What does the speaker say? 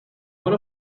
one